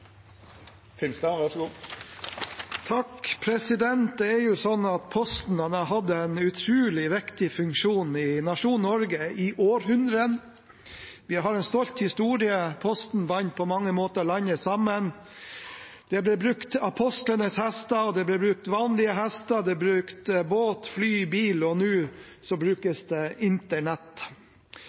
har hatt en utrolig viktig funksjon i nasjonen Norge i århundrer. De har en stolt historie. Posten bandt på mange måter landet sammen. Apostlenes hester ble brukt, vanlige hester ble brukt, båt, fly og bil ble brukt – og nå brukes det internett.